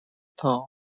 town